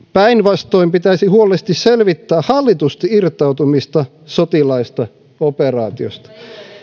päinvastoin pitäisi huolellisesti selvittää hallitusti irtautumista sotilaallisesta operaatiosta